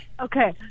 Okay